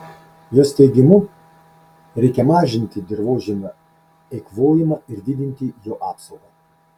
jos teigimu reikia mažinti dirvožemio eikvojimą ir didinti jo apsaugą